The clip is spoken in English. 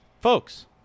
folks